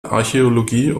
archäologie